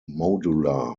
modular